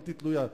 בלתי תלויה,